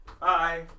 Bye